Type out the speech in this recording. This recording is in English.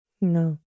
No